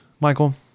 Michael